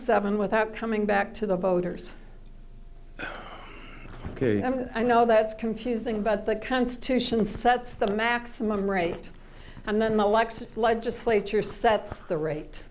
seven without coming back to the voters i know that's confusing but the constitution sets the maximum rate and then the likes legislature sets the rate